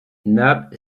nab